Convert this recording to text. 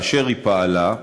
כאשר היא פעלה,